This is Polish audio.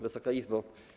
Wysoka Izbo!